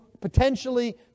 potentially